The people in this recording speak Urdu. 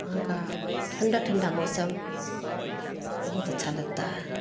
وہاں کا ٹھنڈا ٹھنڈا موسم بہت اچھا لگتا ہے